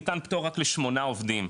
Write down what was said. ניתן פטור רק לשמונה עובדים,